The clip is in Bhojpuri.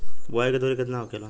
बुआई के दूरी केतना होखेला?